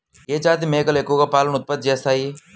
ఏ జాతి మేకలు ఎక్కువ పాలను ఉత్పత్తి చేస్తాయి?